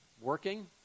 working